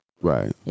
right